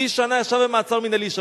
חצי שנה ישב במעצר מינהלי.